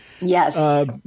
Yes